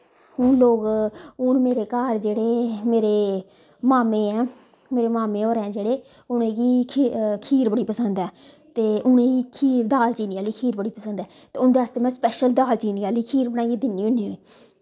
हून लोग हून मेरे घर जेह्ड़े मेरे माम्में ऐं मेरे माम्मे होर ऐं जेह्ड़े उनेंगी खीर बड़ी पसंद ऐ ते उनें खीर दाल चीनी आह्ली खीर बड़ी पसंद ऐ उं'दै आस्तै मैं स्पैशल दाल चीनी आह्ली खीर बनाइयै दिन्नी होन्नी